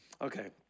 Okay